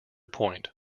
point